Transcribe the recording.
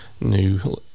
new